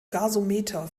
gasometer